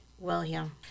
William